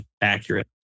accurate